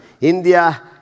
India